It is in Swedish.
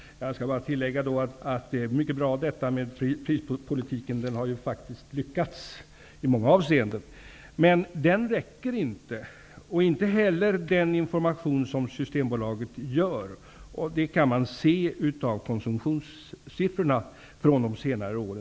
Fru talman! Jag skall bara tillägga att det är mycket bra med prispolitiken. Den har lyckats i många avseenden. Men den räcker inte, och inte heller den information som Systembolaget bedriver. Det kan man se av konsumtionssiffrorna från senare år.